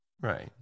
right